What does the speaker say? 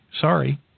Sorry